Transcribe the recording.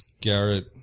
Garrett